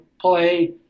play